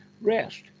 Rest